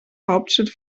hauptstadt